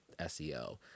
SEO